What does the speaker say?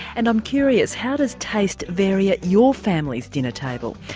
and i'm curious, how does taste vary at your family's dinner table?